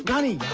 sunny.